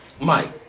Mike